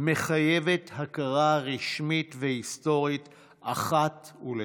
מחייבת הכרה רשמית והיסטורית אחת ולתמיד.